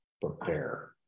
prepare